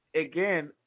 again